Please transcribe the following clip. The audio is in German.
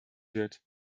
wird